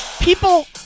People